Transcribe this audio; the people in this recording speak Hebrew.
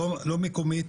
לא מקומית,